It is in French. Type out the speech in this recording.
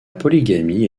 polygamie